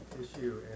issue